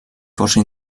força